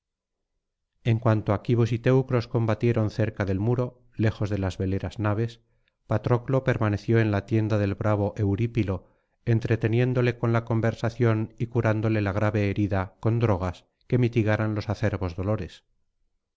en cuanto aquivos y teucros combatieron cerca del muro lejos de las veleras naves patroclo permaneció en la tienda del bravo eurípilo entreteniéndole con la conversación y curándole la grave herida con drogas que mitigaran los acerbos dolores